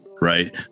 right